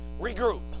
regroup